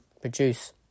produce